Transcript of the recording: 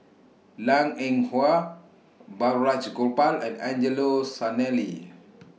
Liang Eng Hwa Balraj Gopal and Angelo Sanelli